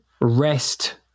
rest